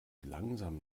langsam